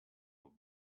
will